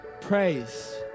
praise